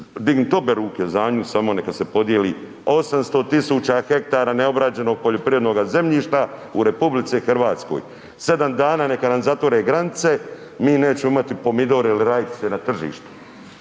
dignut obe ruke za nju samo neka se podjeli 800.000 hektara neobrađenog poljoprivrednog zemljišta RH, 7 dana neka nam zatvore granice mi nećemo imati pomidore ili rajčice na tržištu.